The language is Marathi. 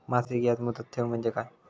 मासिक याज मुदत ठेव म्हणजे काय?